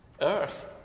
earth